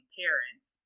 parents